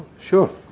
sure.